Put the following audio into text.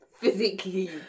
physically